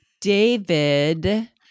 David –